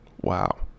Wow